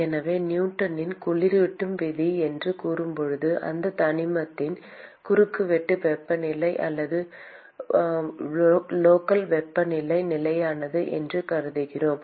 எனவே நியூட்டனின் குளிரூட்டும் விதி என்று கூறும்போது அந்த தனிமத்தின் குறுக்குவெட்டு வெப்பநிலை அல்லது லோக்கல் வெப்பநிலை நிலையானது என்று கருதுகிறோம்